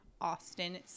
Austin